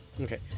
Okay